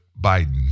Biden